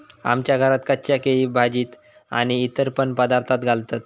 आमच्या घरात कच्चा केळा भाजीत आणि इतर पण पदार्थांत घालतत